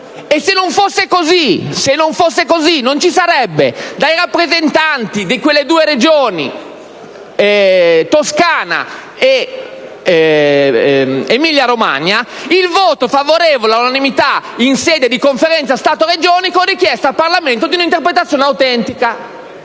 E, se non fosse così, non ci sarebbe stato dai rappresentanti di quelle due Regioni, Toscana ed Emilia-Romagna, il voto favorevole all'unanimità in sede di Conferenza Stato-Regioni sulla richiesta al Parlamento di interpretazione autentica.